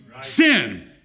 Sin